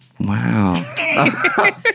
Wow